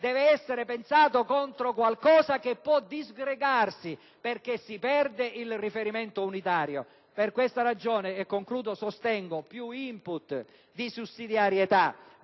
deve essere pensato contro qualcosa che può disgregarsi perché si perde il riferimento unitario. Per questa ragione sostengo più *input* di sussidiarietà,